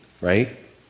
right